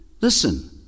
Listen